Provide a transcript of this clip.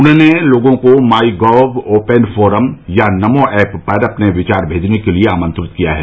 उन्होंने लोगों को माई गॉव ओपन फोरम या नमोऐप पर अपने विचार भेजने के लिए आमंत्रित किया है